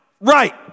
right